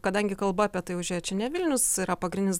kadangi kalba apie tai užėjo čia ne vilnius yra pagrindinis